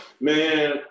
Man